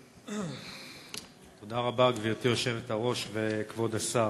תודה רבה, גברתי היושבת-ראש וכבוד השר,